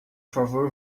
favor